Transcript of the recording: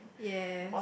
yes